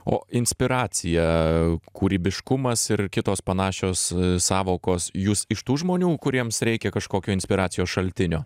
o inspiracija kūrybiškumas ir kitos panašios sąvokos jūs iš tų žmonių kuriems reikia kažkokio inspiracijos šaltinio